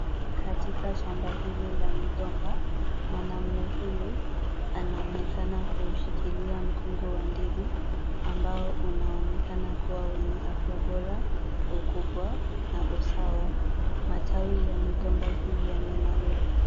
Katika shamba hili la migomba, mwanaume huyu anaonekana kuushikilia mkungu wa ndizi, ambao unaonekana kuwa wenye afya bora, ukubwa na usawa. Matawi ya migomba hii yamenawiri.